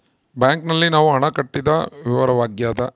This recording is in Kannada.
ಬ್ಯಾಂಕ್ ನಲ್ಲಿ ನಾವು ಹಣ ಕಟ್ಟಿದ ವಿವರವಾಗ್ಯಾದ